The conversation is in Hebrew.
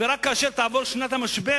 ורק כאשר תעבור שנת המשבר,